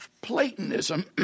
Platonism